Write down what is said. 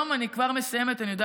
אני כבר מסיימת.